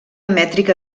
mètrica